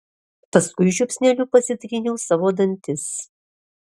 paskui žiupsneliu pasitryniau savo dantis